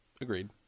Agreed